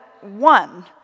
one